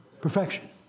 perfection